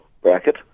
bracket